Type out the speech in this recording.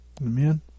Amen